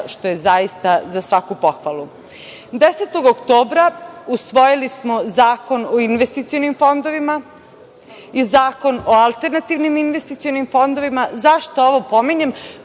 što je zaista za svaku pohvalu. Usvojili smo 10. oktobra Zakon o investicionim fondovima i Zakon o alternativnim investicionim fondovima. Zašto ovo pominjem?